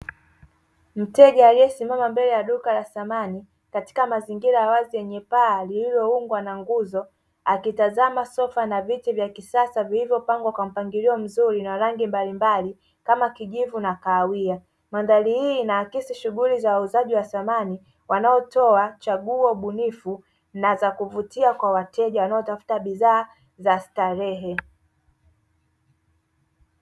Mteja aliyesimama mbele ya duka la samani katika mazingira ya wazi yenye paa lililoungwa na nguzo, akitazama sofa na viti vya kisasa vilivyopangwa kwa mpangilio mzuri na rangi mbalimbali kama kijivu na kahawia, mandhari hii inaakisi shughuli za uuzaji wa samani wanaotoa chaguo bunifu na za kuvutia kwa wateja wanaotafuta bidhaa za starehe.